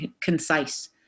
concise